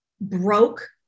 broke